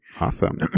Awesome